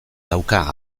dauka